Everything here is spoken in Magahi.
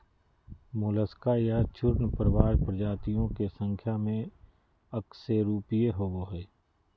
मोलस्का या चूर्णप्रावार प्रजातियों के संख्या में अकशेरूकीय होबो हइ